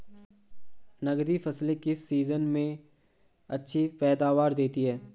नकदी फसलें किस सीजन में अच्छी पैदावार देतीं हैं?